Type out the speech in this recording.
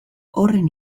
horren